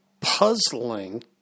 puzzling